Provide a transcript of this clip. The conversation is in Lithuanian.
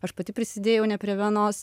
aš pati prisidėjau ne prie vienos